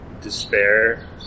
despair